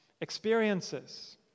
experiences